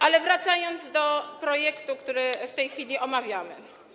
Ale wracam do projektu, który w tej chwili omawiamy.